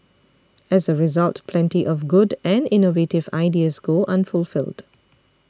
as a result plenty of good and innovative ideas go unfulfilled